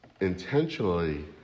intentionally